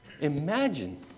Imagine